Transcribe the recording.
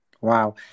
Wow